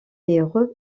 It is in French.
est